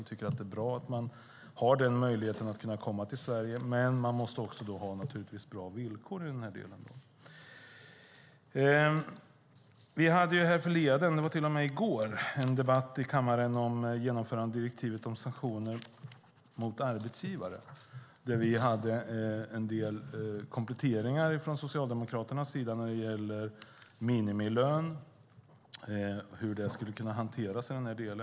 Vi tycker att det är bra att människor har möjlighet att komma till Sverige, men man måste naturligtvis också ha bra villkor. Det var i går en debatt i kammaren om genomförande av direktivet om sanktioner mot arbetsgivare. Vi socialdemokrater hade lagt fram förslag till kompletteringar när det gäller hur minimilön ska hanteras.